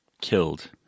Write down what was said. killed